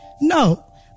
No